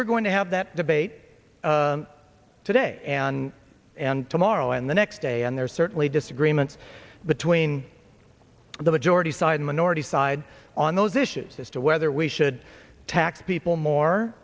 we're going to have that debate today and and tomorrow and the next day and there are certainly disagreements between the majority side a minority side on those issues as to whether we should tax people more